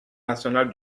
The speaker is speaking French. national